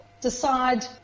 decide